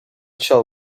shall